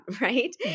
right